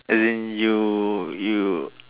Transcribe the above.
as in you you